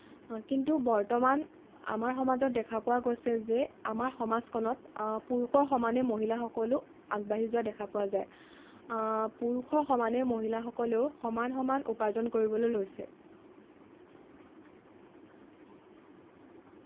কিন্তু বৰ্তমান আমাৰ সমাজত দেখা পোৱা গৈছে যে আমাৰ সমাজখনত পুৰুষৰ সমানেই মহিলাসকলো আগবাঢ়ি যোৱা দেখা পোৱা যায় পুৰুষৰ সমানেই মহিলাসকলেও সমান সমান উপাৰ্জন কৰিবলৈ লৈছে